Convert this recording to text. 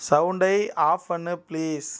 சவுண்டை ஆஃப் பண்ணு பிளீஸ்